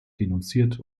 denunziert